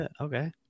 Okay